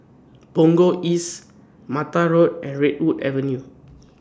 Punggol East Mata Road and Redwood Avenue